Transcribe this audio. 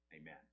Amen